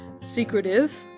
secretive